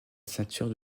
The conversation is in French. ceinture